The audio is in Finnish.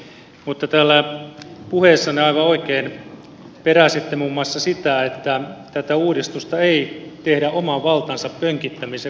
mutta täällä puheessanne aivan oikein peräsitte muun muassa sitä että tätä uudistusta ei tehdä oman vallan pönkittämisen vuoksi